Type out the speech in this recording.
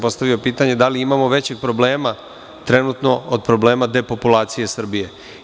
Postavio sam pitanje – da li imamo većih problema trenutno od problema depopulacije Srbije.